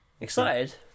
Excited